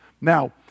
Now